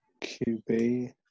QB